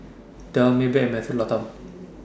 Dell Maybank and Mentholatum